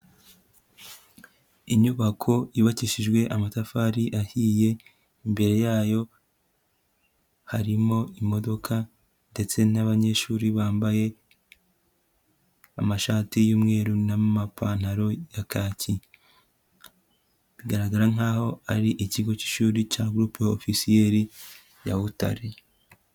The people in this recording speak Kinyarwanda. Inyubako yubakishijwe amatafari ahiye, imbere yayo harimo imodoka ndetse n'abanyeshuri bambaye amashati y'umweru n'amapantaro ya kaki, bigaragara nkaho ari ikigo cy'ishuri cya Groupe Offciel ya Butare.